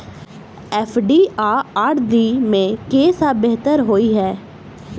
FD आ RD मे केँ सा बेहतर होइ है?